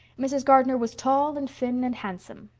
mrs. gardner was tall and thin and handsome,